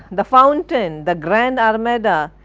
the fountain, the grand armada,